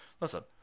Listen